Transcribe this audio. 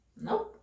Nope